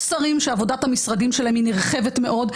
יש שרים שעבודת המשרדים שלהם היא נרחבת מאוד,